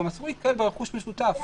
גם אסור להתקהל ברכוש משותף.